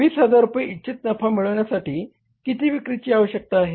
20000 रुपये इच्छित नफा मिळवण्यासाठी किती विक्रीची आवश्यकता आहे